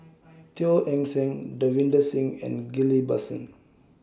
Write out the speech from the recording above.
Teo Eng Seng Davinder Singh and Ghillie BaSan